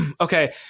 okay